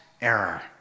error